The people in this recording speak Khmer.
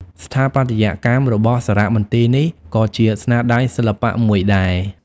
ស្ថាបត្យកម្មរបស់សារមន្ទីរនេះក៏ជាស្នាដៃសិល្បៈមួយដែរ។